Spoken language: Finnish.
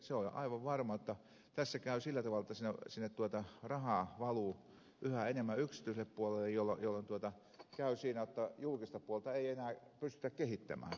se on jo aivan varma että tässä käy sillä tavalla että rahaa valuu yhä enemmän yksityiselle puolelle jolloin käy niin jotta julkista puolta ei enää pystytä kehittämään